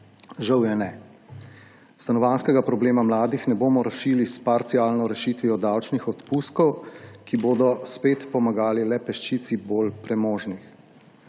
Žal je ne. Stanovanjskega problema mladih ne bomo rešili s parcialno rešitvijo davčnih odpustkov, ki bodo spet pomagali le peščici bolj premožnih.